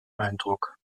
eindruck